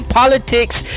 politics